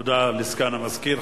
תודה לסגן המזכיר.